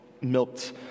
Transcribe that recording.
milked